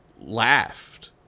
laughed